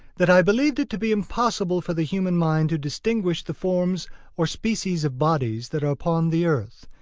that i believed it to be impossible for the human mind to distinguish the forms or species of bodies that are upon the earth,